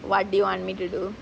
what do you want me to do